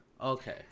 Okay